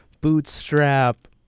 bootstrap